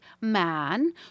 man